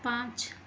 पांच